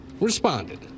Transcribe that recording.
responded